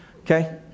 okay